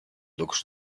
looks